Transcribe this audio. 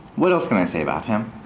what else can i say about him?